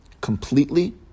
completely